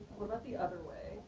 what about the other way?